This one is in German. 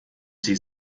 sie